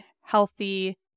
healthy